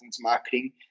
marketing